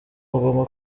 bagomba